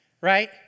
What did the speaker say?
Right